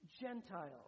Gentiles